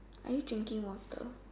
are you drinking water